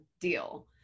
deal